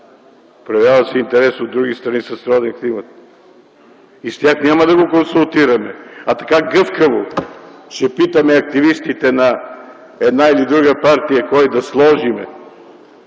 Проявява се интерес от други страни със сроден климат. С тях няма да го консултираме, а така, гъвкаво, ще питаме активистите на една или друга партия кой да сложим.